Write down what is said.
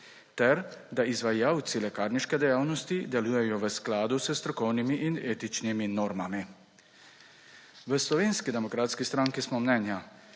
ter da izvajalci lekarniške dejavnosti delujejo v skladnosti s strokovnimi in etičnimi normami. V Slovenski demokratski stranki smo mnenja,